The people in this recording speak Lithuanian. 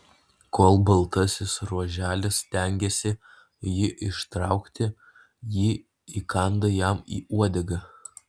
kol baltasis ruoželis stengiasi jį ištraukti ji įkanda jam į uodegą